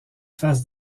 face